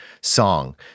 song